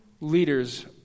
leaders